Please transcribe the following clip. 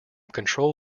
control